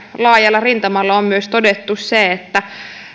laajalla rintamalla on myös todettu se että